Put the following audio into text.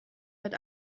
mit